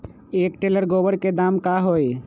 एक टेलर गोबर के दाम का होई?